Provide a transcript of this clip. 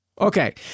Okay